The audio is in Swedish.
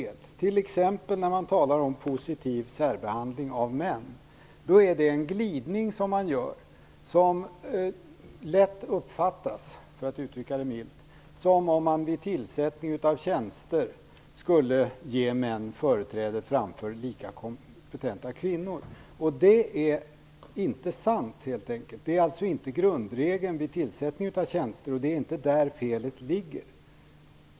Man talar t.ex. om en positiv särbehandling av män. Man gör då en glidning som - för att uttrycka det milt - lätt uppfattas som om män vid tillsättning av tjänster skulle ges företräde framför lika kompetenta kvinnor, och det är helt enkelt inte sant. Det är inte grundregeln vid tillsättningen av tjänster, och det är inte där felet ligger.